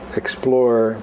explore